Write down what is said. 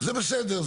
זה בסדר,